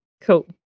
Cool